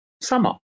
Summer